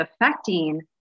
affecting